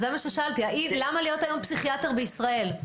זה מה ששאלתי: למה להיות היום פסיכיאטר בישראל?